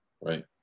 right